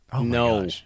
No